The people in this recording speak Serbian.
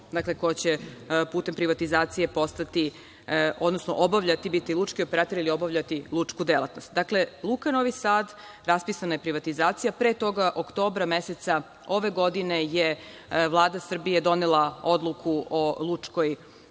dakle, ko će da putem privatizacije postati, odnosno obavljati, biti lučki operater, ili obavljati lučku delatnost. Dakle, Luka Novi Sad, raspisana je privatizacija, pre toga, oktobra meseca ove godine je Vlada Srbije donela odluku o lučkom području,